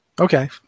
okay